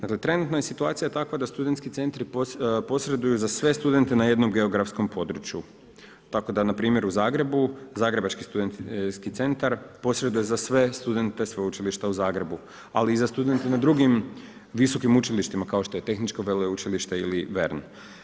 Dakle trenutno je situacija takva da SC-i posjeduju za sve studente na jednom geografskom području, tako da npr. u Zagrebu Zagrebački studentski centar posreduje za sve studente Sveučilišta u Zagrebu, ali i za studente na drugim visokim učilištima kao što je Tehničko veleučilište ili VERN.